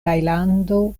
tajlando